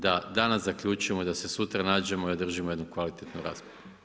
Da danas zaključimo i da se sutra nađemo i održimo jednu kvalitetnu raspravu.